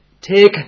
Take